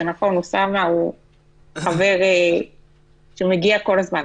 זה נכון, אוסאמה הוא חבר שמגיע כל הזמן.